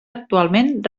actualment